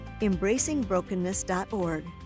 embracingbrokenness.org